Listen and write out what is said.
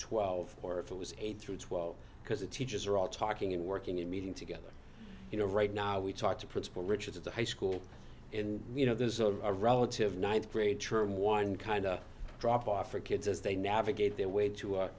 twelve or if it was eight through twelve because the teachers are all talking and working and meeting together you know right now we talked to principal richard at the high school and you know this is a relative ninth grade term one kind of drop off for kids as they navigate their way to